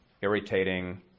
irritating